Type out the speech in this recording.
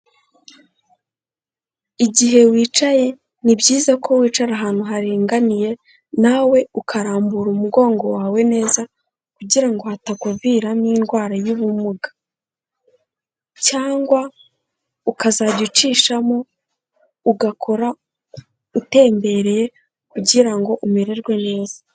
Igihe wicaye ni byiza ko wicara ahantu haringaniye, nawe ukarambura umugongo wawe neza kugira ngo hatakuviramo indwara y'ubumuga cyangwa ukazajya ucishamo ugakora utembereye kugira ngo umererwe neza.